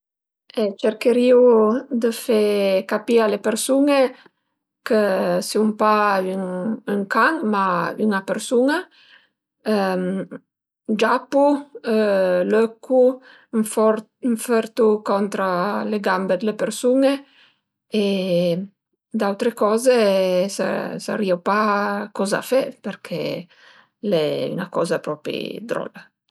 Cërcherìu dë fe capì a le persun-e che sun pa ün can, ma üna persun-a, giapu, lëcu, më fërtu contra le gambe d'le persun-e e d'autre coze sarìu pa coze fe perché al e üna coza propi drolla